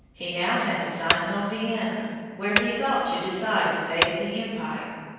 he now had designs on vienna, where he thought to decide the fate of the empire.